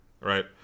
right